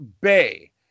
Bay